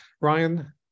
Ryan